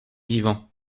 vivant